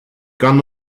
gone